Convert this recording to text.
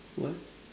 what